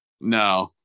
no